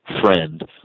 friend